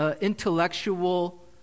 intellectual